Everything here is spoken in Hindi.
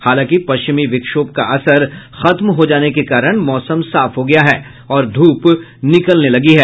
हालांकि पश्चिमी विक्षोभ का असर खत्म हो जाने के कारण मौसम साफ हो गया है और ध्रप निकलने लगी है